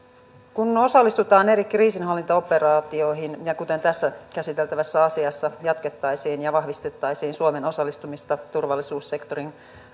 kun osallistutaan eri kriisinhallintaoperaatioihin kuten tässä käsiteltävässä asiassa jatkettaisiin ja vahvistettaisiin suomen osallistumista turvallisuussektorin